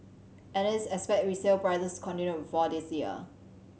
analysts expect resale prices continue to fall this year